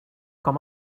com